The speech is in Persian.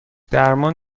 درمان